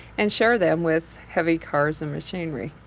and share them with heavy cars and machinery.